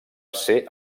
ser